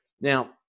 Now